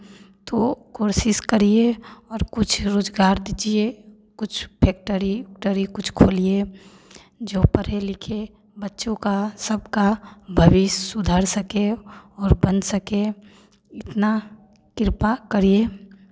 तो कोर्सिस करिए और कुछ रोज़गार दीजिए कुछ फैक्ट्री उक्ट्री कुछ खोलिए जो पढ़ें लिखे बच्चों का सबका भविष्य सुधर सके और बन सके इतना कृपा करिए